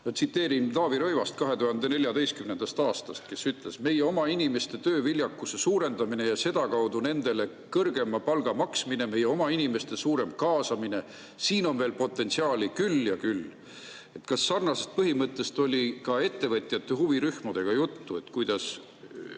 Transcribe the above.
tsiteerin 2014. aastast Taavi Rõivast, ta ütles, et meie oma inimeste tööviljakuse suurendamises ja sedakaudu nendele kõrgema palga maksmises, meie oma inimeste suuremas kaasamises on veel potentsiaali küll ja küll. Kas sarnasest põhimõttest oli ka ettevõtjate huvirühmadega juttu, et kuidas